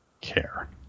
care